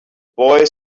boy